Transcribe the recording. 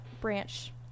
branch